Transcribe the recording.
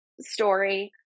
story